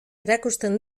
erakusten